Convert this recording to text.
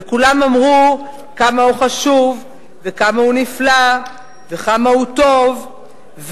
וכולם אמרו כמה הוא חשוב וכמה הוא נפלא וכמה הוא טוב.